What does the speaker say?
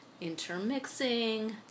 intermixing